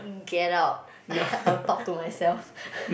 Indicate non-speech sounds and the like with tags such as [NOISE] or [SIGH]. get out [LAUGHS] I'll talk to myself [LAUGHS]